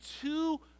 two